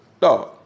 dog